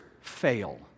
fail